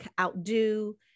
outdo